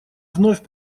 вновь